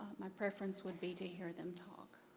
my preference would be to hear them talk.